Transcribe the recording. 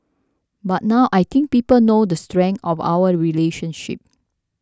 but now I think people know the strength of our relationship